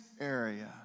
area